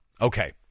okay